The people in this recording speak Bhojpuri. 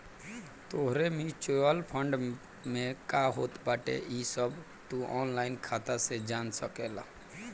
तोहरे म्यूच्यूअल फंड में का होत बाटे इ सब तू ऑनलाइन खाता से जान सकेला